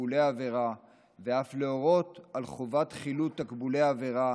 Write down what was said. לתקבולי העבירה ואף להורות על חובת חילוט תקבולי העבירה